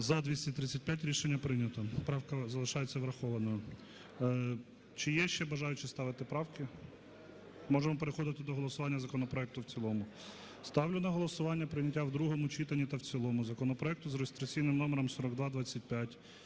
За-235 Рішення прийнято. Правка залишається врахованою. Чи є ще бажаючі ставити правки? Можемо переходити до голосування законопроекту в цілому? Ставлю на голосування прийняття в другому читанні та в цілому законопроект за реєстраційним номером 4225